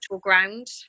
ground